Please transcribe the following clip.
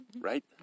right